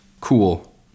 Cool